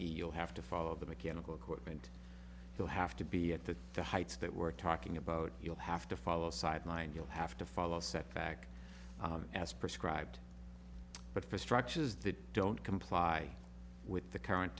you'll have to follow the mechanical equipment you'll have to be at the heights that we're talking about you'll have to follow sidelined you'll have to follow a set back as prescribed but for structures that don't comply with the current